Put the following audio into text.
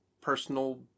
personal